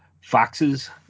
foxes